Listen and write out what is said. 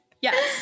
Yes